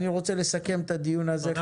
אני רוצה לסכם את הדיון הזה.